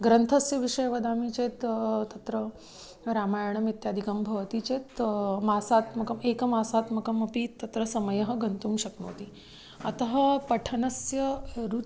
ग्रन्थस्य विषये वदामि चेत् तत्र रामायणमित्यादिकं भवति चेत् मासात्मकम् एकमासात्मकमपि तत्र समयः गन्तुं शक्नोति अतः पठनस्य रुच्